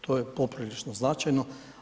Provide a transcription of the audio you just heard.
To je poprilično značajno.